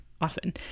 often